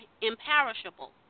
imperishable